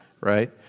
right